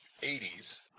80s